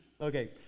Okay